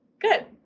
Good